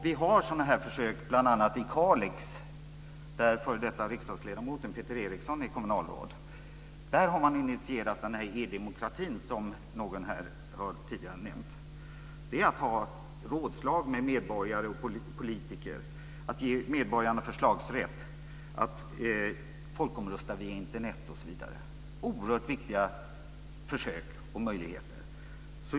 Vi har sådana försök i bl.a. Kalix, där f.d. riksdagsledamoten Peter Eriksson är kommunalråd. Där har man initierat den här e-demokratin som någon tidigare har nämnt. Det är att ha rådslag med medborgare och politiker, att ge medborgarna förslagsrätt, att folkomrösta via Internet osv. Det är oerhört viktiga försök och möjligheter.